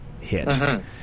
hit